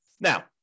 Now